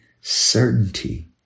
certainty